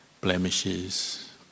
blemishes